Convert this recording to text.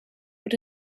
but